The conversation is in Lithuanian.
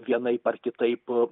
vienaip ar kitaip